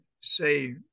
say